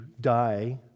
die